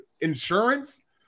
Insurance